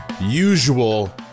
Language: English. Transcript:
usual